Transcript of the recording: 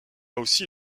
aussi